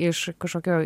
iš kažkokio